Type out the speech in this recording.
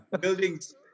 Buildings